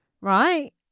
right